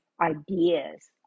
ideas